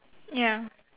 ya